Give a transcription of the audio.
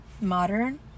modern